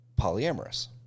polyamorous